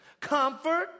Comfort